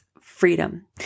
freedom